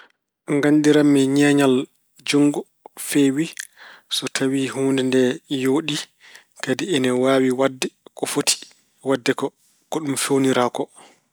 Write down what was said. Nganndiranmi ñeeñal juutngo feewi, so tawi huunde nde yooɗi. Kadi ina waawi waɗde ko foti waɗde ko, ko ɗum feewnira ko.